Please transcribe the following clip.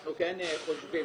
אנחנו חושבים